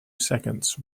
seconds